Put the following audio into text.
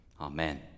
Amen